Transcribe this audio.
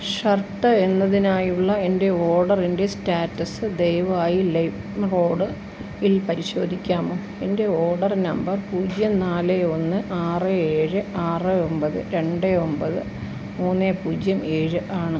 shirt എന്നതിനായുള്ള എൻ്റെ ഓർഡറിൻ്റെ സ്റ്റാറ്റസ് ദയവായി ലൈമ്റോഡിൽ പരിശോധിക്കാമോ എൻ്റെ ഓർഡർ നമ്പർ പൂജ്യം നാല് ഒന്ന് ആറ് ഏഴ് ആറ് ഒമ്പത് രണ്ട് ഒമ്പത് മൂന്ന് പൂജ്യം ഏഴ് ആണ്